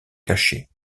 cachée